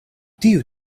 tiu